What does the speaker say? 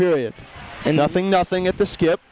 period and nothing nothing at the skip